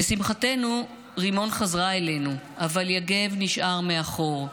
לשמחתנו רימון חזרה אלינו, אבל יגב נשאר מאחור,